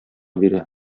бирә